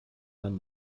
man